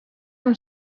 amb